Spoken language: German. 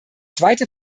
zweite